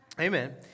amen